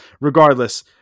regardless